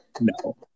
no